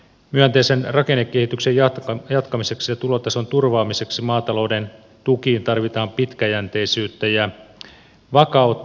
myönteisen rakennekehityksen jatkamiseksi ja tulotason turvaamiseksi maatalouden tukiin tarvitaan pitkäjänteisyyttä ja vakautta